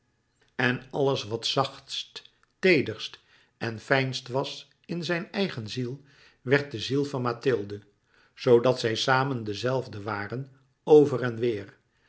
en alles wat zachtst teederst en fijnst was in zijn eigen ziel werd de ziel van mathilde zoodat zij samen de zelfden waren over en weêr